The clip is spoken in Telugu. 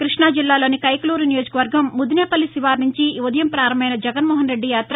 కృష్ణా జిల్లాలోని కైకలూరు నియోజకవర్గం ముదినేపల్లి శివారు సుండి ఈ ఉదయం ప్రారంభమైన జగన్నోహన్రెడ్డి యాత